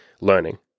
learning